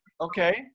Okay